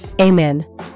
Amen